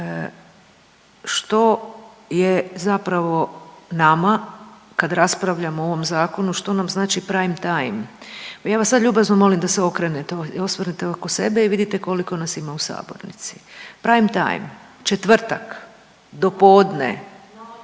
što je zapravo nama kad raspravljamo o ovom zakonu što nam znači prime time, pa ja vas sad ljubazno molim da se okrenete i osvrnete oko sebe i vidite koliko nas ima u sabornici. Prime time četvrtak, dopodne, 9